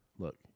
Look